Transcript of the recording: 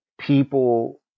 people